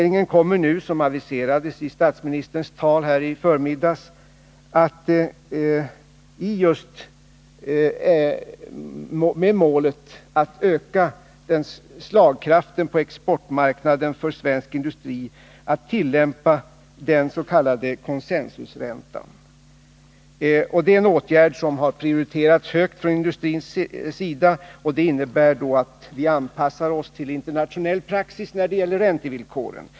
I syfte att öka slagkraften på exportmarknaden för svensk industri kommer regeringen nu, som aviserades istatsministerns tal i förmiddags, att tillämpa den s.k. consensusräntan. Det är en åtgärd som prioriterats högt från industrins sida. Det innebär att vi anpassar oss till internationell praxis när det gäller räntevillkoren.